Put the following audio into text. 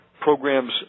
programs